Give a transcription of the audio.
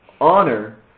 honor